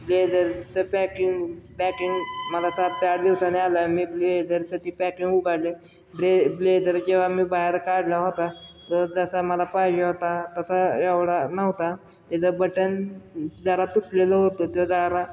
ब्लेझरचं packing packing मला सात आठ दिवसांनी आलं मी ब्लेझरसाठी पॅकिंग उघडले ब्ले ब्लेझर जेव्हा मी बाहेर काढला होता तो तसा मला पाहिजे होता तसा एवढा नव्हता त्याचं बटन जरा तुटलेलं होतं ते जारा